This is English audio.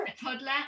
toddler